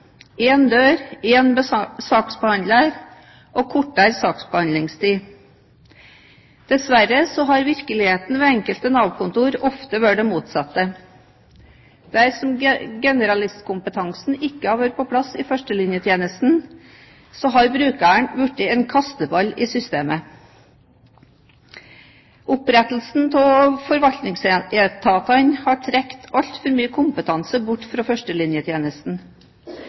én dør, én saksbehandler og kortere saksbehandlingstid. Dessverre har virkeligheten ved enkelte Nav-kontorer ofte vært det motsatte. Ved at generalistkompetansen ikke har vært på plass i førstelinjetjenesten, har brukeren blitt en kasteball i systemet. Opprettelsen av forvaltningsetatene har trukket altfor mye kompetanse bort fra førstelinjetjenesten.